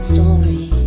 Story